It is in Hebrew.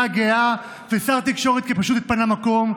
הגאה ושר תקשורת כי פשוט התפנה מקום.